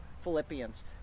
Philippians